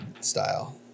style